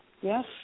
Yes